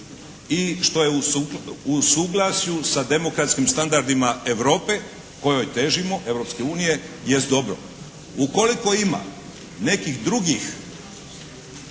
i što je u suglasju sa demokratskim standardima Europe kojoj težimo, Europske unije jest dobro. Ukoliko ima nekih drugih